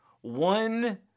one